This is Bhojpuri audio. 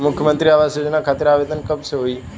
मुख्यमंत्री आवास योजना खातिर आवेदन कब से होई?